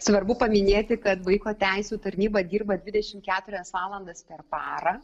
svarbu paminėti kad vaiko teisių tarnyba dirba dvidešimt keturias valandas per parą